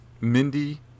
Mindy